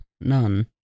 none